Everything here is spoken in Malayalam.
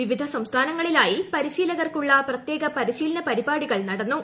വിവിധ സംസ്ഥാനങ്ങളിലായി പരിശീലകർക്കുള്ള പ്രത്യേക പരിശീലന പരിപാടികൾ നടന്നു